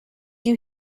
you